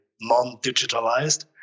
non-digitalized